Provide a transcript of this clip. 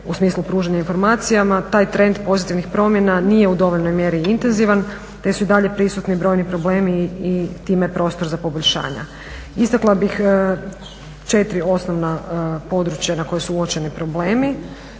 u smislu pružanja informacijama, taj trend pozitivnih promjena nije u dovoljnoj mjeri intenzivan te su i dalje prisutni brojni problemi i time prostor za poboljšanja. Istakla bih četiri osnovna područja na kojima su uočeni problemi.